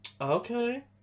okay